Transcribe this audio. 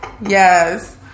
Yes